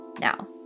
Now